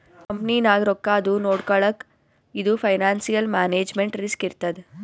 ಕಂಪನಿನಾಗ್ ರೊಕ್ಕಾದು ನೊಡ್ಕೊಳಕ್ ಇದು ಫೈನಾನ್ಸಿಯಲ್ ಮ್ಯಾನೇಜ್ಮೆಂಟ್ ರಿಸ್ಕ್ ಇರ್ತದ್